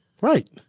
Right